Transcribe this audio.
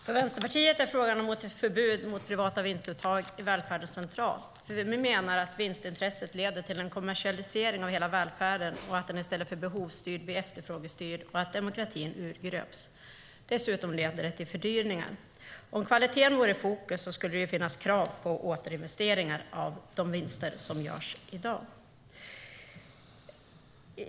Herr talman! För Vänsterpartiet är frågan om ett förbud mot privata vinstuttag i välfärden central. Vi menar att vinstintresset leder till en kommersialisering av hela välfärden och att den i stället för behovsstyrd blir efterfrågestyrd, samtidigt som demokratin urgröps. Dessutom leder det till fördyringar. Om kvaliteten vore i fokus skulle det finnas krav på återinvesteringar av de vinster som görs i dag.